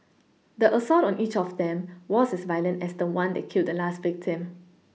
the assault on each of them was as violent as the one that killed the last victim